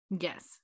Yes